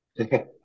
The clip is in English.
Okay